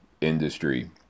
Industry